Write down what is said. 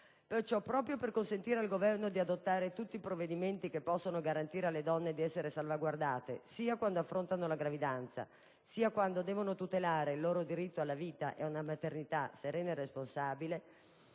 Perciò, proprio per consentire al Governo di adottare tutti i provvedimenti che possono garantire alle donne di essere salvaguardate, sia quando affrontano la gravidanza sia quando devono tutelare il loro diritto alla vita e ad una maternità serena e responsabile,